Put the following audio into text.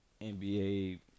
NBA